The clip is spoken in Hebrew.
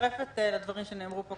מצטרפת לדברים שנאמרו פה.